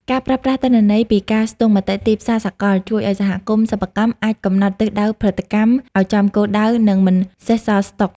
ការប្រើប្រាស់ទិន្នន័យពីការស្ទង់មតិទីផ្សារសកល ជួយឱ្យសហគមន៍សិប្បកម្មអាចកំណត់ទិសដៅផលិតកម្មឱ្យចំគោលដៅ និងមិនសេសសល់ស្តុក។